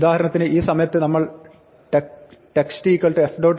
ഉദാഹരണത്തിന് ഈ സമയത്ത് നമ്മൾ text f